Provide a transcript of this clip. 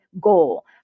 goal